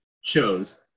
shows